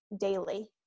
daily